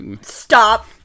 Stop